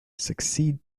succeed